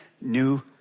new